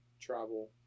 travel